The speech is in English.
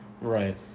Right